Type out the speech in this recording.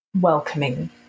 welcoming